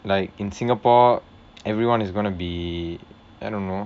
like in Singapore everyone is gonna be I don't know